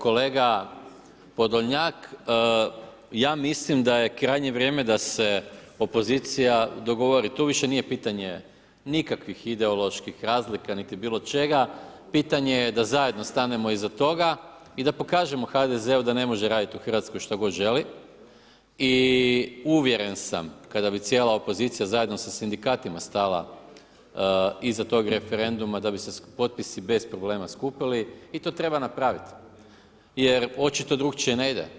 Kolega Podolnjak, ja mislim da je krajnje vrijeme da se opozicija dogovori, tu više nije pitanje nikakvih ideoloških razlika, niti bilo čega, pitanje je da zajedno stanemo iza toga i da pokažemo HDZ-u da ne može raditi u RH što god želi i uvjeren sam, kada bi cijela opozicija zajedno sa Sindikatima stala iza toga referenduma, da bi se potpisi bez problema skupili i to treba napraviti jer očito drukčije ne ide.